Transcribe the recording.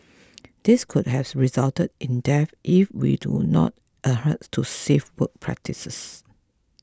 these could have resulted in deaths if we do not adhere to safe work practices